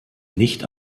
nicht